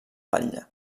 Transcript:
batlle